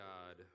God